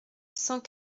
cent